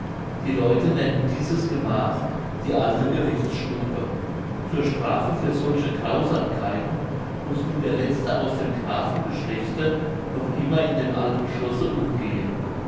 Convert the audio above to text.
die leute nennen dieses gemach die alte gerichtsstube zur strafe für solche grausamkeiten muß nun der letzte aus dem grafengeschlechte noch immer in dem alten schlosse umgehen